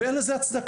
ואין לזה הצדקה.